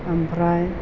ओमफ्राय